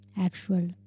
actual